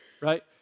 Right